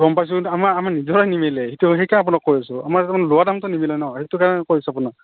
গম পাইছোঁ কিন্তু আমাৰ আমাৰ নিজৰে নিমিলে সেইটো সেইটোৱে আপোনাক কৈ আছোঁ আমাৰ দেখোন লোৱা দামটো নিমিলে ন' সেইটো কাৰণে কৈছোঁ আপোনাক